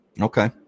Okay